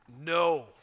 no